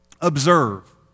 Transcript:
observe